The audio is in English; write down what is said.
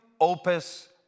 opus